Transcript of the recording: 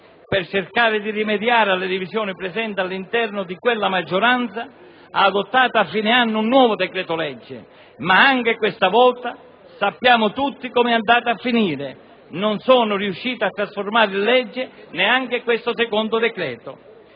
per cercare di rimediare alle divisioni presenti all'interno della sua maggioranza, ha adottato a fine anno un nuovo decreto-legge. Anche questa volta sappiamo tutti come è andata a finire: non sono riusciti a trasformare in legge neanche quel secondo decreto.